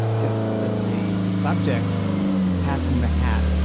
good. let's see. the subject is passing the hat.